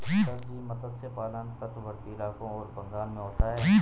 sir ji मत्स्य पालन तटवर्ती इलाकों और बंगाल में होता है